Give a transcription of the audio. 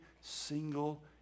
single